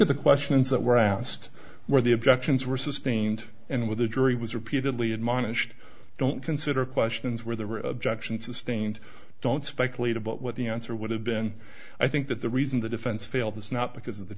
at the questions that were asked where the objections were sustained and with the jury was repeatedly admonished don't consider questions where there were objections sustained don't speculate about what the answer would have been i think that the reason the defense failed this is not because of the